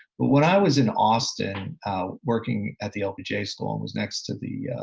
but when i was in austin working at the lbj school and was next to the